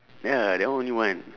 ya that one only one